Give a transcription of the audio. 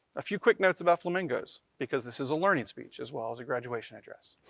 a few quick notes about flamingos, because this is a learning speech as well as a graduation address.